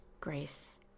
grace